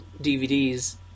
DVDs